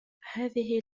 هذه